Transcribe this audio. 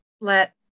let